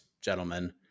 gentlemen